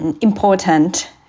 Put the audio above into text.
important